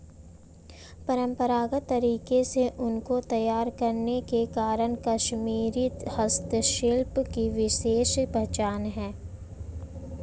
परम्परागत तरीके से ऊन को तैयार करने के कारण कश्मीरी हस्तशिल्प की विशेष पहचान है